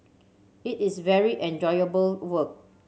it is very enjoyable work